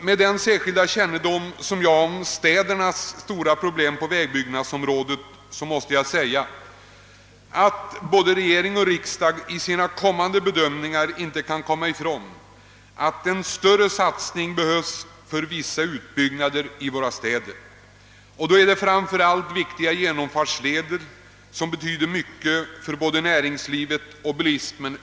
Med den särskilda kännedom jag har om städernas stora vägbyggnadsproblem måste jag säga, att både regering och riksdag i sina kommande bedömningar inte kan komma ifrån att en större satsning behövs på vissa utbyggnader i våra större städer. Därvid är det framför allt de viktiga genomfartslederna som har stor betydelse både för näringslivet och bilismen.